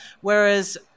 Whereas